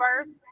first